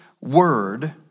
word